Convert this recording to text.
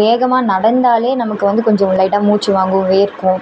வேகமாக நடந்தாலே நமக்கு வந்து கொஞ்சம் லைட்டாக மூச்சு வாங்கும் விர்க்கும்